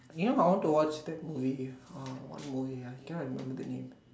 you know I want to watch that movie with uh what movie ah I cannot remember the name